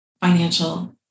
financial